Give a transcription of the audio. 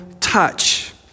Touch